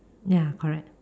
ya correct